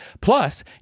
Plus